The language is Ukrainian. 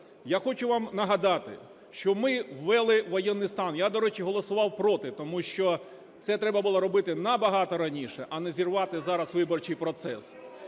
Я хочу вам нагадати, що ми ввели воєнний стан. Я, до речі, голосував проти, тому що це треба було робити набагато раніше, а не зірвати зараз виборчий процес.